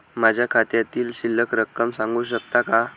माझ्या खात्यातील शिल्लक रक्कम सांगू शकता का?